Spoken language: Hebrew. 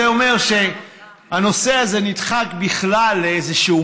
זה אומר שהנושא הזה נדחק בכלל לאיזשהו